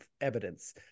evidence